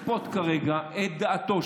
חבר'ה, כולכם ידעתם הכול.